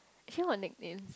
actually what nickname